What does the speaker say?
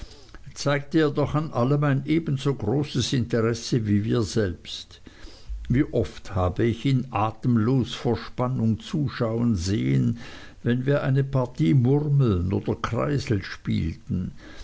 zeigte er doch an allem ein ebenso großes interesse wie wir selbst wie oft habe ich ihn atemlos vor spannung zuschauen sehen wenn wir eine partie murmeln oder kreisel spielten